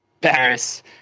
Paris